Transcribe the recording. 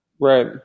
Right